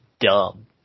dumb